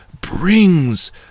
brings